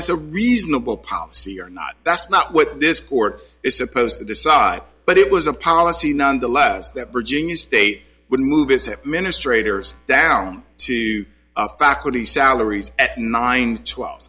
it's a reasonable policy or not that's not what this court is supposed to decide but it was a policy nonetheless that virginia state would move as it minister raters down to faculty salaries at nine twelve